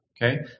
Okay